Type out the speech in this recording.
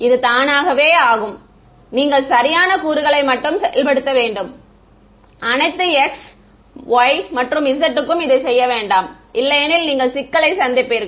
இது தானாகவே ஆமாம் நீங்கள் சரியான கூறுகளை மட்டுமே செயல்படுத்த வேண்டும் அனைத்து x y மற்றும் z க்கும் இதைச் செய்ய வேண்டாம் இல்லையெனில் நீங்கள் சிக்களை சந்திப்பீர்கள்